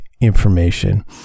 information